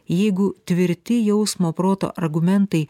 jeigu tvirti jausmo proto argumentai